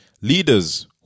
leaders